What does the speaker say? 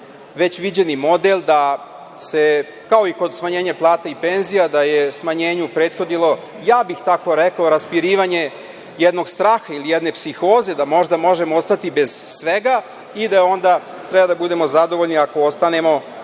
već viđeni model, da se kao i kod smanjenja plata i penzija da je smanjenju prethodilo, ja bih tako rekao, raspirivanje jednog straha ili jedne psihoze da možda možemo ostati bez svega i da onda treba da budemo zadovoljni ako ostanemo